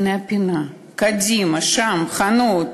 הנה הפינה, קדימה, שָם החנות,